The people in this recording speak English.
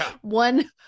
one